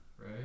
right